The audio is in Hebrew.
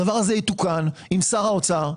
הדבר הזה יתוקן אם שר האוצר,